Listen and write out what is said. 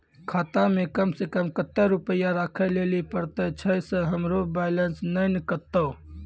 खाता मे कम सें कम कत्ते रुपैया राखै लेली परतै, छै सें हमरो बैलेंस नैन कतो?